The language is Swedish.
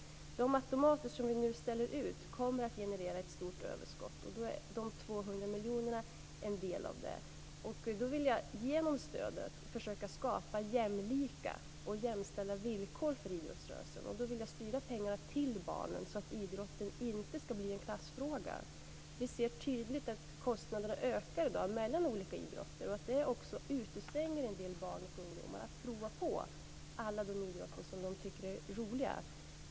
De automater som vi nu ställer ut kommer att generera ett stort överskott. De 200 miljonerna är en del av det. Genom detta stöd vill jag försöka skapa jämlika och jämställda villkor för idrottsrörelsen. Då vill jag styra pengarna till barnen, så att idrotten inte skall bli en klassfråga. Vi ser tydligt att kostnaderna ökar i dag för de olika idrotterna. Det utestänger en del barn och ungdomar att prova på alla de idrotter som de tycker är roliga.